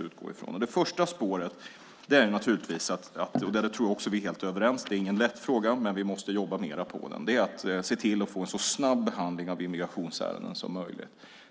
utgå från. Det första spåret gäller en fråga som vi måste jobba mer med. Där tror jag också att vi är helt överens. Det handlar om att få en så snabb behandling av immigrationsärenden som möjligt, så att den period då man lever i ett vakuum av ett icke-beslut blir så kort som möjligt.